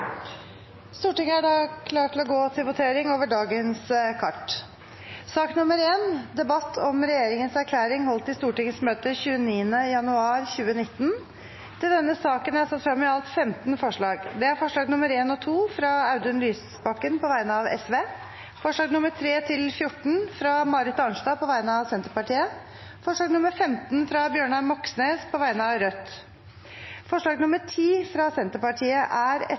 Stortinget klar til å gå til votering over sakene på dagens kart. Under debatten er det satt frem i alt 15 forslag. Det er forslagene nr. 1 og 2, fra Audun Lysbakken på vegne av Sosialistisk Venstreparti forslagene nr. 3–14, fra Marit Arnstad på vegne av Senterpartiet forslag nr. 15, fra Bjørnar Moxnes på vegne av Rødt Forslag nr. 10, fra Senterpartiet, er etter